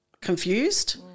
Confused